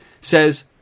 says